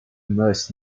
must